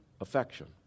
affection